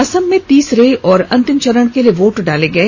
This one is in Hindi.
असम में तीसरे और अंतिम चरण के लिए वोट डाले गए